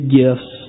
gifts